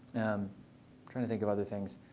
i'm trying to think of other things.